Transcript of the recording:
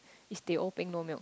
is teh O beng no milk